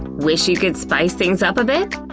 wish you could spice things up a bit?